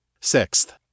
Sixth